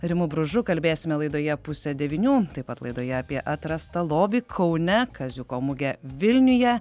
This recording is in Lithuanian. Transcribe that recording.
rimu bružu kalbėsime laidoje pusę devynių taip pat laidoje apie atrastą lobį kaune kaziuko mugę vilniuje